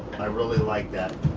i really like that,